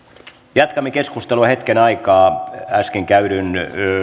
jatkamme keskustelua hetken aikaa äsken käytyjen